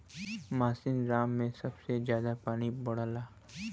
मासिनराम में सबसे जादा पानी पड़ला